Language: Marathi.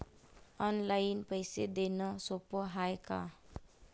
ऑनलाईन पैसे देण सोप हाय का?